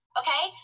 okay